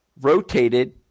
rotated